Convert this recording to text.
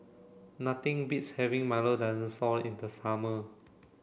nothing beats having Milo Dinosaur in the summer